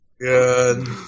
Good